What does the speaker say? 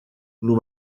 nur